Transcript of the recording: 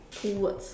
two words